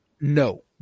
No